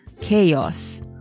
chaos